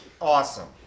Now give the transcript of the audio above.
awesome